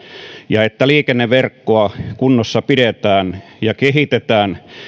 ja että liikenneverkkoa kunnossapidetään ja kehitetään